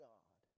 God